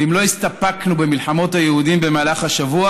ואם לא הסתפקנו במלחמות היהודים במהלך השבוע,